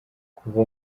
kuva